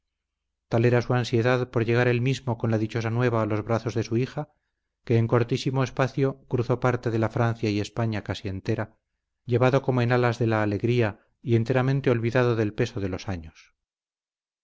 su ansiedad por llegar él mismo con la dichosa nueva a los brazos de su hija que en cortísimo espacio cruzó parte de la francia y españa casi entera llevado como en alas de la alegría y enteramente olvidado del peso de los años